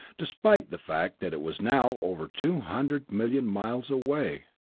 despite the fact that it was now over two hundred million miles away.